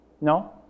No